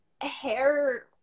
hair